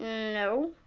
no.